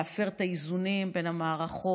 להפר את האיזונים בין המערכות,